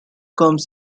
comes